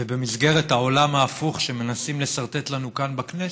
ובמסגרת העולם ההפוך שמנסים לסרטט לנו כאן בכנסת,